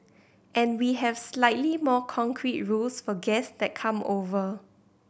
and we have slightly more concrete rules for guest that come over